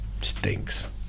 Stinks